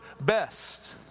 best